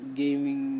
gaming